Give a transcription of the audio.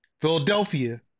Philadelphia